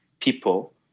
people